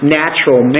natural